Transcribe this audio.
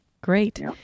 Great